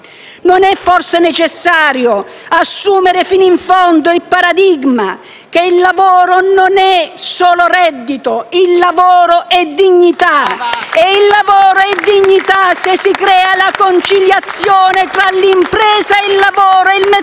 Non è forse necessario assumere fino in fondo il paradigma che il lavoro non è solo reddito? Il lavoro è dignità. *(Applausi dal Gruppo PD).* Ed é dignità se si crea la conciliazione tra l'impresa, il lavoro e il Mezzogiorno.